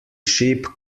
ship